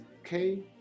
okay